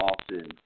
often